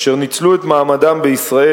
אשר ניצלו את מעמדם בישראל,